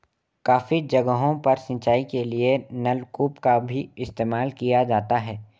काफी जगहों पर सिंचाई के लिए नलकूप का भी इस्तेमाल किया जाता है